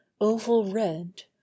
oval-red